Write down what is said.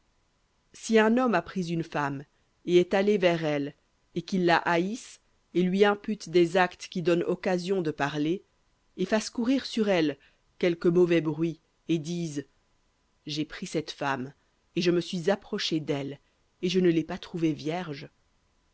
si un homme a pris une femme et est allé vers elle et qu'il la haïsse et lui impute des actes qui donnent occasion de parler et fasse courir sur elle quelque mauvais bruit et dise j'ai pris cette femme et je me suis approché d'elle et je ne l'ai pas trouvée vierge